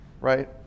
right